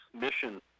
mission